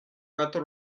quatre